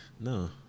No